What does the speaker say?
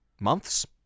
months